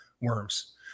worms